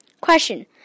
Question